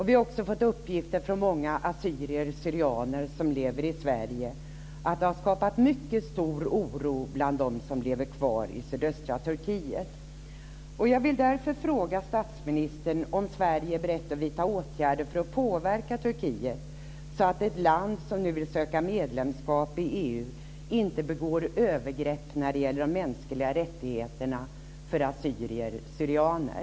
Vi har också fått uppgifter från många assyrier syrianer.